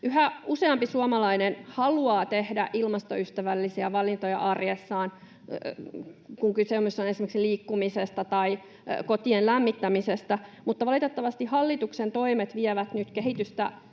Yhä useampi suomalainen haluaa tehdä ilmastoystävällisiä valintoja arjessaan, kun kysymys on esimerkiksi liikkumisesta tai kotien lämmittämisestä, mutta valitettavasti hallituksen toimet vievät nyt kehitystä